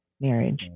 marriage